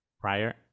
prior